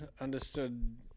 understood